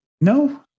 No